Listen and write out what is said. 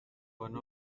one